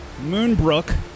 Moonbrook